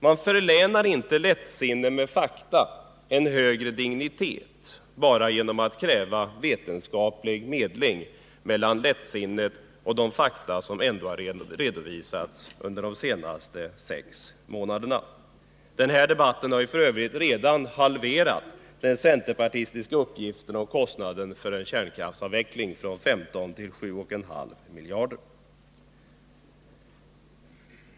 Man förlänar inte lättsinnet med fakta en högre dignitet bara genom att kräva vetenskaplig medling mellan lättsinne och de fakta som ändå har redovisats under de senaste sex månaderna. Den här debatten har ju f. ö. redan halverat den centerpartistiska uppgiften om återstående kärnkraftskostnader från 15 till 7,5 miljarder.